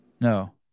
No